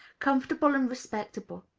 comfortable and respectable.